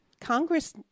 Congress